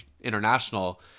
international